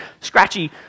scratchy